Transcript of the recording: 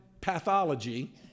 pathology